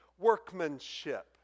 workmanship